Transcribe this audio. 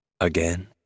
Again